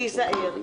להיזהר,